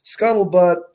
scuttlebutt